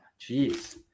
Jeez